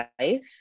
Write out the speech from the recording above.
life